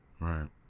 Right